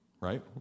right